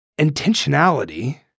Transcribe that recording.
Intentionality